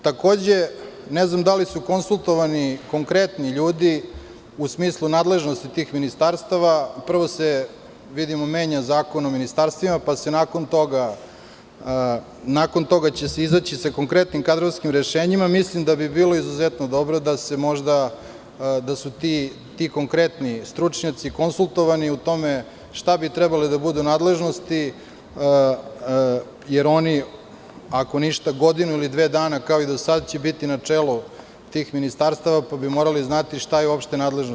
Takođe, ne znam da li su konsultovani konkretni ljudi u smislu nadležnosti tih ministarstava, prvo se, vidimo, menja Zakon o ministarstvima, pa će se nakon toga izaći sa konkretnim kadrovskim rešenjima, mislim da bi bilo izuzetno dobro da se možda, da su ti konkretni stručnjaci konsultovani u tome šta bi trebalo da bude u nadležnosti, jer oni, ako ništa, godinu ili dve dana kao i do sad će biti na čelu tih ministarstava, pa bi morali znati šta je uopšte nadležnost.